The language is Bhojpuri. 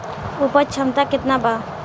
उपज क्षमता केतना वा?